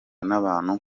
n’abantu